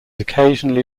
occasionally